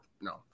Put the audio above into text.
No